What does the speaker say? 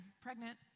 pregnant